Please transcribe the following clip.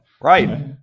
Right